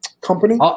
Company